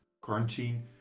quarantine